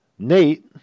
Nate